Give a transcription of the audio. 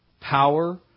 power